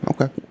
Okay